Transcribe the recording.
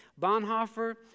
Bonhoeffer